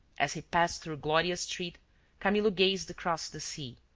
as he passed through gloria street camillo gazed across the sea,